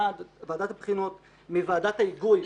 ועדת הבחינות מוועדת ההיגוי,